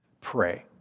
pray